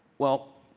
well,